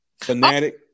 fanatic